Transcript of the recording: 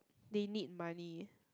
they need money